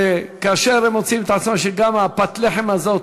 וכאשר הם מוצאים את עצמם שגם פת הלחם הזאת,